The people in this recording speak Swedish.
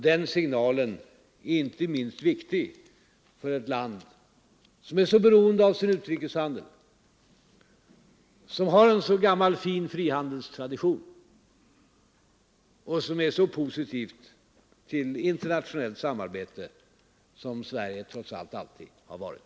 Den signalen är inte minst viktig för ett land som vårt, som är så beroende av sin utrikeshandel, som har en så gammal och fin frihandelstradition och som är så positivt till internationellt samarbete som Sverige trots allt alltid har varit.